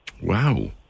Wow